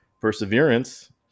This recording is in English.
perseverance